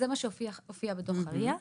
זה מה שהופיע בדוח ה-RIA.